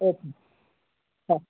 okay હા